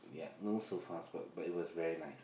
ya no sofas but but it was very nice